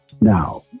Now